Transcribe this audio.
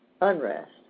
unrest